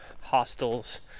hostels